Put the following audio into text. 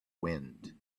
wind